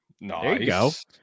Nice